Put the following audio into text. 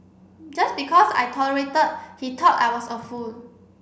just because I tolerated he thought I was a fool